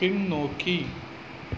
பின்னோக்கி